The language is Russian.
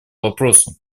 вопросу